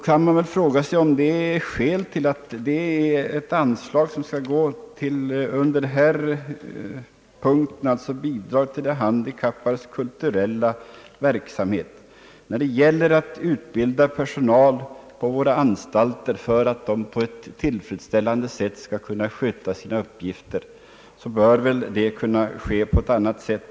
Man kan fråga sig om det är skäl att utbilda personalen på våra anstalter, för att de på ett tillfredsställande sätt skall kunna sköta sina uppgifter, genom ett anslag på denna punkt om bidrag till de handikappades kulturella verksamhet. Det bör ske på något annat sätt.